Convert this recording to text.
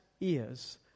ears